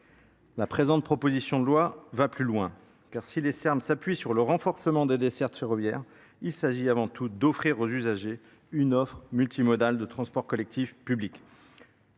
La présente proposition de loi va plus loin car si les Serbes s'appuient sur le renforcement des dessertes ferroviaires, il s'agit, avant tout, d'offrir aux usagers une offre multimodale de transport collectif public.